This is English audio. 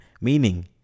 Meaning